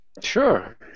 Sure